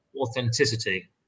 authenticity